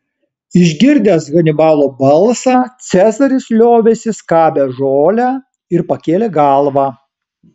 išgirdęs hanibalo balsą cezaris liovėsi skabęs žolę ir pakėlė galvą